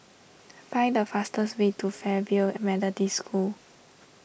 find the fastest way to Fairfield Methodist School